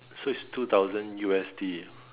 so it's two thousand U_S_D